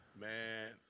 Man